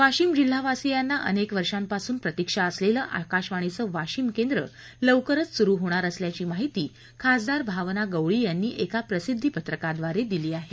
वाशिम जिल्हावासीयांना अनेक वर्षांपासून प्रतीक्षा असलेलं आकाशवाणीचं वाशिम केंद्र लवकरच सुरू होणार असल्याची माहिती खासदार भावना गवळी यांनी एका प्रसिद्धी पत्रकाद्वारे दिली आहे